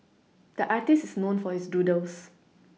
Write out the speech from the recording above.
the artist is known for his doodles